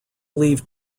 leave